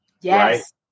Yes